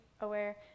aware